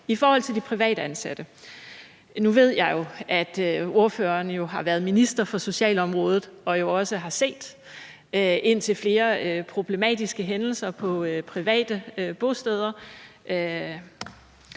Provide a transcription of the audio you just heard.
I forhold til de privatansatte vil jeg sige, at jeg jo ved, at ordføreren har været minister på socialområdet og jo også har set indtil flere problematiske hændelser på private bosteder.